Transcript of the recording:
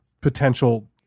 potential